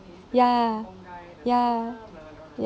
ya ya